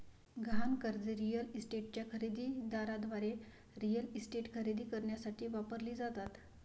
गहाण कर्जे रिअल इस्टेटच्या खरेदी दाराद्वारे रिअल इस्टेट खरेदी करण्यासाठी वापरली जातात